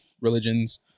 religions